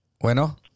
Bueno